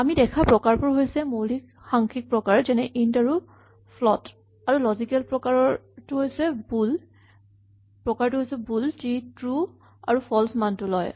আমি দেখা প্ৰকাৰবোৰ হৈছে মৌলিক সাংখ্যিক প্ৰকাৰ যেনে ইন্ট আৰু ফ্লট আৰু লজিকেল প্ৰকাৰটো হৈছে বুল যি ট্ৰো আৰু ফল্চ মানটো লয়